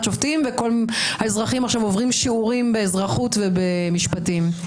שופטים והאזרחים עכשיו עוברים שיעורים באזרחות ובמשפטים.